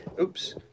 oops